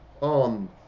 on